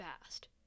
fast